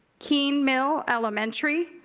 keen mill elementary.